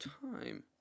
time